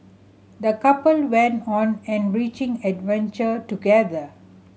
the couple went on enriching adventure together